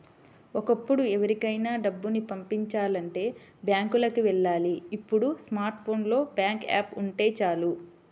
ఒకప్పుడు ఎవరికైనా డబ్బుని పంపిచాలంటే బ్యాంకులకి వెళ్ళాలి ఇప్పుడు స్మార్ట్ ఫోన్ లో బ్యాంకు యాప్ ఉంటే చాలు